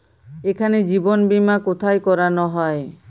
এখানে জীবন বীমা কোথায় করানো হয়?